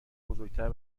بزرگتر